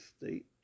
state